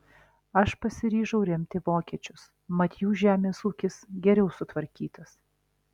aš pasiryžau remti vokiečius mat jų žemės ūkis geriau sutvarkytas